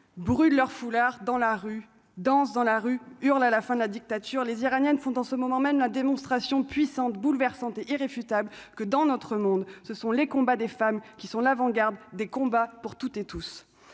brûlent leur foulard dans la rue, danse dans la rue, hurle à la fin de la dictature, les Iraniens font en ce moment même la démonstration puissante bouleversante et irréfutable que dans notre monde, ce sont les combats des femmes qui sont l'avant-garde des combats pour toutes et tous,